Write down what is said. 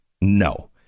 no